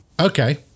Okay